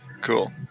Cool